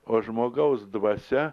o žmogaus dvasia